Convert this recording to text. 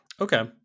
Okay